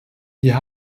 wir